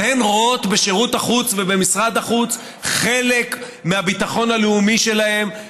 אבל הן רואות בשירות החוץ ובמשרד החוץ חלק מהביטחון הלאומי שלהן,